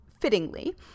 fittingly